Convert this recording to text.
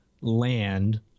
land